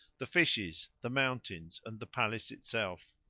the fishes, the mountains and the palace itself.